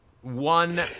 One